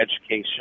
education